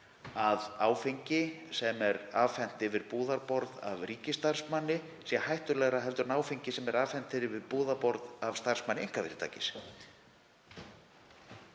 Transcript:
að áfengi sem er afhent yfir búðarborð af ríkisstarfsmanni sé hættulegra en áfengi sem afhent er yfir búðarborð af starfsmanni einkafyrirtækis.